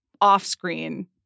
off-screen